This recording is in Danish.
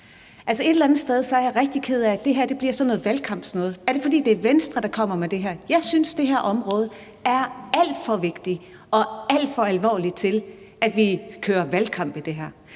er jeg rigtig ked af, at det her bliver sådan noget valgkampsagtigt. Er det, fordi det er Venstre, der kommer med det her? Jeg synes, at det her område er alt for vigtigt og alt for alvorligt til, at vi skal køre valgkamp på det her,